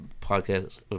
podcast